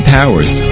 Powers